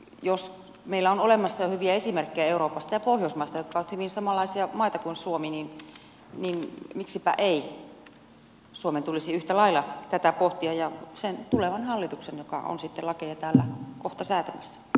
jos meillä on olemassa jo hyviä esimerkkejä euroopasta ja pohjoismaista jotka ovat hyvin samanlaisia kuin suomi niin miksipä ei suomen tulisi yhtä lailla tätä pohtia ja sen tulevan hallituksen joka on lakeja täällä kohta säätämässä